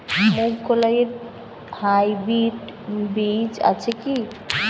মুগকলাই এর হাইব্রিড বীজ আছে কি?